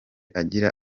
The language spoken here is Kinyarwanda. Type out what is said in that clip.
agira